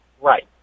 Right